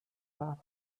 part